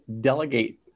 delegate